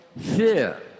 fear